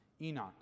Enoch